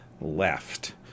left